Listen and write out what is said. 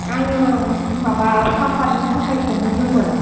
आङो माबा साफादनि थाखाय सोंंहरदोंमोन